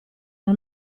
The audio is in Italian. una